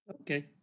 Okay